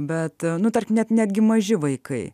bet nutark net netgi maži vaikai